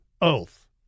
oath